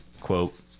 quote